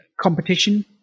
competition